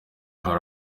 hari